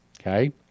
okay